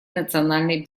национальной